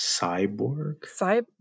cyborg